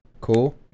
Cool